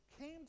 came